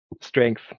Strength